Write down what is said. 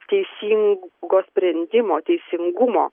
teisingo sprendimo teisingumo